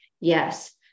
yes